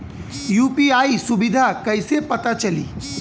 UPI सुबिधा कइसे पता चली?